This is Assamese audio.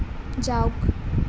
যাওক